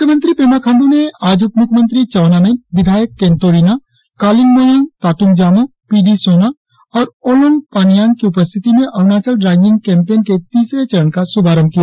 मुख्यमंत्री पेमा खांडू ने आज उप मुख्यमंत्री चाउना मेन विधायक केनतो रिना कालिंग मोयोंग तातुंग जामोह पी डी सोना और ओलोंग पानियांग की उपस्थिति में अरुणाचल राईजिंग कैमपेन तीसरे चरण का शुभारंभ किया